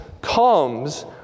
comes